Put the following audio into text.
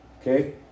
Okay